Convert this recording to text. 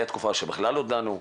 הייתה תקופה שבכלל לא דנו.